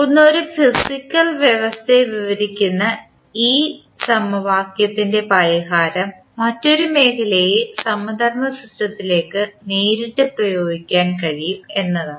ഒന്ന് ഒരു ഫിസിക്കൽ വ്യവസ്ഥയെ വിവരിക്കുന്ന ഈ സമവാക്യത്തിൻറെ പരിഹാരം മറ്റൊരു മേഖലയിലെ സമധർമ്മ സിസ്റ്റത്തിലേക്ക് നേരിട്ട് പ്രയോഗിക്കാൻ കഴിയും എന്നതാണ്